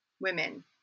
women